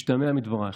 משתמע מדברייך,